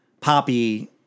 poppy